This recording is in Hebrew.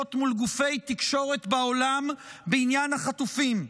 מול גופי תקשורת בעולם בעניין החטופים,